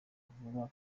vuba